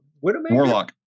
Warlock